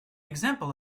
example